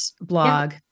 blog